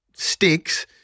Sticks